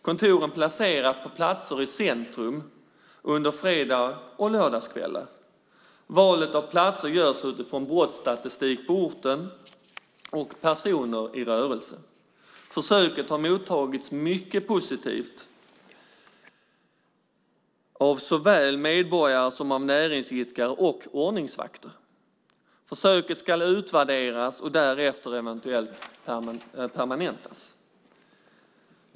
Kontoren placeras i centrum under fredags och lördagskvällar. Valet av platser görs utifrån brottsstatistik på orten och antalet personer i rörelse. Försöket har mottagits mycket positivt av såväl medborgare som näringsidkare och ordningsvakter. Försöket ska utvärderas och därefter eventuellt permanentas.